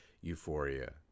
euphoria